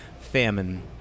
famine